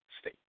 State